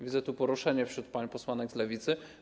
Widzę tu poruszenie wśród pań posłanek z Lewicy.